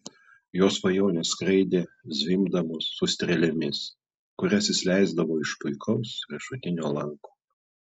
jo svajonės skraidė zvimbdamos su strėlėmis kurias jis leisdavo iš puikaus riešutinio lanko